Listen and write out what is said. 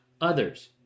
others